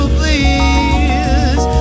please